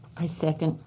i second.